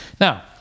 Now